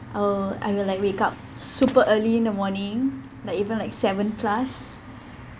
I will I will like wake up super early in the morning like even like seven plus